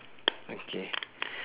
okay